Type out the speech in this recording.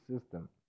system